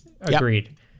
Agreed